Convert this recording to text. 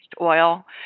oil